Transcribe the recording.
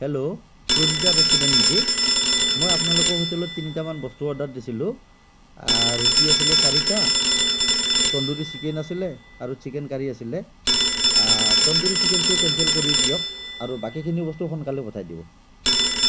hello Pranita restaurant নেকি মই আপোনালোকৰ হোটেলত তিনিটামান বস্তু অৰ্ডাৰ দিছিলোঁ ৰুটি আছিলে চাৰিটা টণ্ডুৰি চিকেন আছিলে আৰু চিকেন কাৰি আছিলে টণ্ডুৰি চিকেনটো কেঞ্চেল কৰি দিয়ক আৰু বাকীখিনি বস্তু সোনকালে পঠিয়াই দিব